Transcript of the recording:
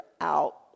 out